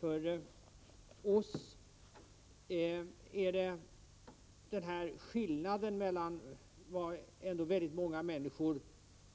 För oss är skillnaden mellan vad många människor